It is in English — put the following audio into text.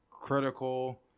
critical